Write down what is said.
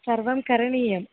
सर्वं करणीयम्